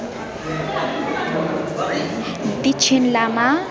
Dechen Lama